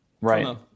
Right